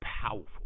powerful